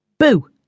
Boo